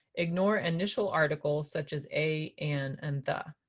ignore initial articles such as a, an and the.